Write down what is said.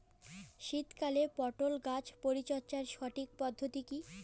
শীতকালে পটল গাছ পরিচর্যার সঠিক পদ্ধতি কী?